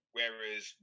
Whereas